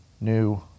New